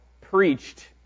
preached